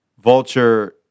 Vulture